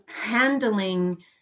handling